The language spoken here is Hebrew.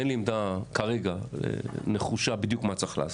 אין לי עמדה כרגע נחושה בדיוק מה צריך לעשות.